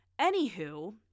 Anywho